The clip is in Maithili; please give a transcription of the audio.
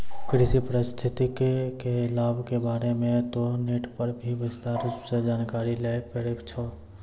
कृषि पारिस्थितिकी के लाभ के बारे मॅ तोहं नेट पर भी विस्तार सॅ जानकारी लै ल पारै छौ